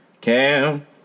Cam